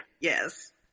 Yes